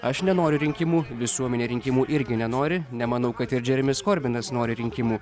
aš nenoriu rinkimų visuomenė rinkimų irgi nenori nemanau kad ir džeremis korbinas nori rinkimų